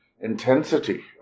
intensity